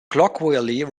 colloquially